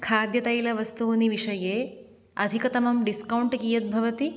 खाद्यतैलवस्तूनि विषये अधिकतमं डिस्कौण्ट् कियत् भवति